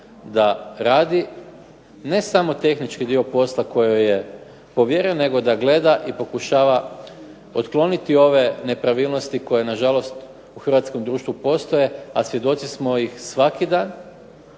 da radi ne samo tehnički dio posla koji joj je povjeren nego da gleda i pokušava otkloniti ove nepravilnosti koje nažalost u hrvatskom društvu postoje, a svjedoci smo ih svaki dan